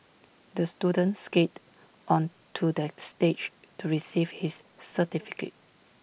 the student skated onto the stage to receive his certificate